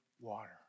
water